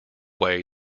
way